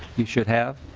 you should have